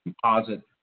Composite